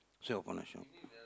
so open a shop